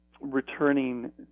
returning